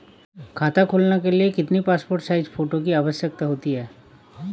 खाता खोलना के लिए कितनी पासपोर्ट साइज फोटो की आवश्यकता होती है?